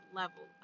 level